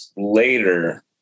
later